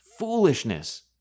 foolishness